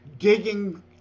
Digging